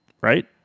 right